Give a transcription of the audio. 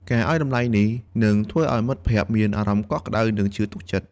ការឱ្យតម្លៃនេះ នឹងធ្វើឱ្យមិត្តភក្តិមានអារម្មណ៍កក់ក្តៅ និងជឿទុកចិត្ត។